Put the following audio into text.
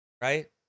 Right